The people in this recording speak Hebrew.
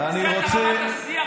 ואתה אומר,